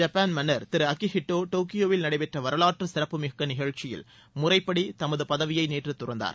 Japan மன்னர் Thiru Akihito டோக்கியோவில் நடைபெற்ற வரவாற்றுச் சிறப்புமிக்க நிகழ்ச்சியில் முறைப்படி தமது பதவியை நேற்று துறந்தார்